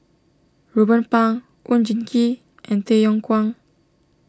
Ruben Pang Oon Jin Gee and Tay Yong Kwang